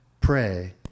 Pray